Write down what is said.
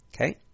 Okay